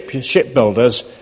shipbuilders